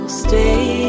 stay